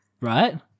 Right